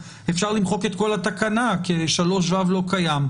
אפשר למחוק את כל התקנה, כי 3(ו) לא קיים.